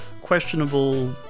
questionable